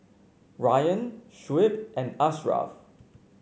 Ryan Shuib and Ashraf